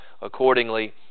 accordingly